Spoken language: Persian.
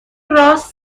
راس